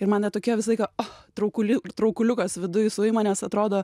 ir mane tokie visą laiką och traukuliu traukuliukas viduj suima nes atrodo